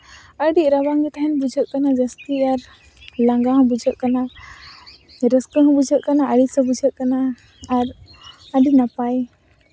ᱟᱹᱰᱤ ᱨᱟᱵᱟᱝ ᱜᱮ ᱛᱟᱦᱮᱱ ᱵᱩᱡᱷᱟᱹᱜ ᱠᱟᱱᱟ ᱡᱟᱹᱥᱛᱤ ᱟᱨ ᱞᱟᱸᱜᱟ ᱦᱚᱸ ᱵᱩᱡᱷᱟᱹᱜ ᱠᱟᱱᱟ ᱨᱟᱹᱥᱠᱟᱹ ᱦᱚᱸ ᱵᱩᱡᱷᱟᱹᱜ ᱠᱟᱱᱟ ᱟᱹᱲᱤᱥ ᱦᱚᱸ ᱵᱩᱡᱷᱟᱹᱜ ᱠᱟᱱᱟ ᱟᱨ ᱟᱹᱰᱤ ᱱᱟᱯᱟᱭ